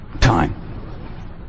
time